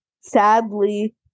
Sadly